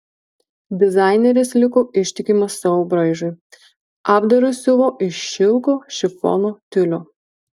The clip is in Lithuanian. dizaineris liko ištikimas savo braižui apdarus siuvo iš šilko šifono tiulio